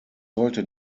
sollte